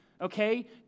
okay